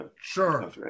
sure